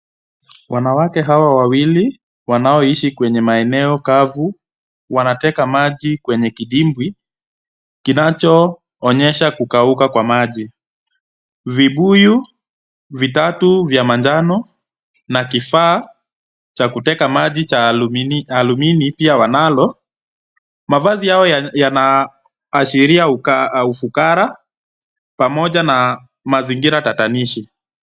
Wanawake hawa wawili wanaoishi kwenye maeneo kavu, wanateka maji kwenye kidibwi kinachoonyesha kukauka kwa maji. Vibuyu vitatu vya manjano na kifaa cha kuteka maji cha alumini pia wanalo. Mavazi yao yanaashiria ufukara pamoja na mazingira tatanishi.